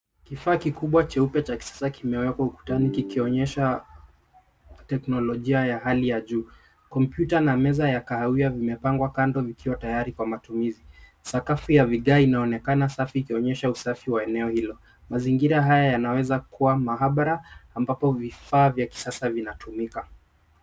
Kifaa kikubwa cheupe cha kisasa kimewekwa ukutani kikionyesha teknolojia ya hali ya juu. Kompyuta na meza ya kahawia vimepangwa kando vikiwa tayari kwa matumizi. Sakafu ya vigae inaonekana safi ikionyesha usafi wa eneo hilo. Mazingira haya yanaweza kuwa maabara ambapo vifaa vya kisasa vinatumika.